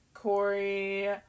Corey